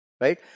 Right